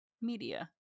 media